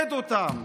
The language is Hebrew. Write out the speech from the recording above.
מעודד אותם.